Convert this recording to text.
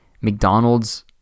McDonald's